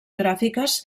gràfiques